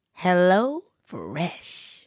HelloFresh